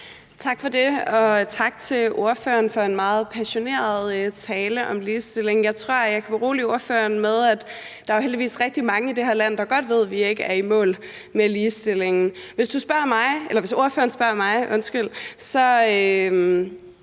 Tak for det. Og tak til ordføreren for en meget passioneret tale om ligestilling. Jeg tror, at jeg kan berolige ordføreren med, at der jo heldigvis er rigtig mange i det her land, der godt ved, at vi ikke er i mål med ligestillingen. Hvis ordføreren spørger mig, er